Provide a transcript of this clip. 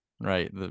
right